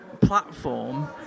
platform